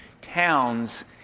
towns